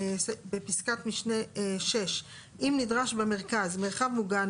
בפסקת משנה (6) (6) אם נדרש במרכז מרחב מוגן,